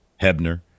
Hebner